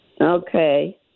Okay